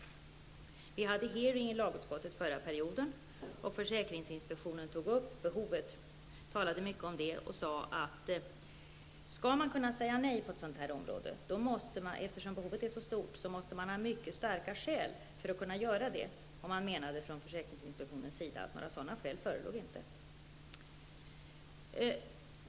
Under förra mandatperioden hade vi en utfrågning i lagutskottet. Från försäkringsinspektionen talade man mycket om behovet. Man sade: Om man skall kunna säga nej på ett sådant här område, måste man -- eftersom behovet är så stort -- ha mycket starka skäl för att kunna göra det. Sådana skäl förelåg inte.